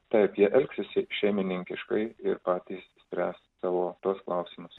taip jie elgsis šeimininkiškai ir patys spręs savo tuos klausimus